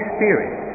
Spirit